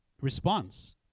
response